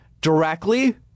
directly